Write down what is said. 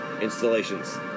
installations